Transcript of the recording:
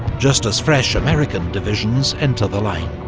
just as fresh american divisions enter the line.